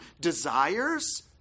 desires